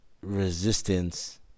resistance